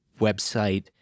website